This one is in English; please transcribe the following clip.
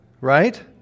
right